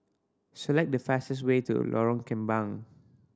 select the fastest way to Lorong Kembang